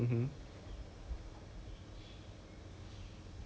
then after that err 那个 Minnie 就问他 mah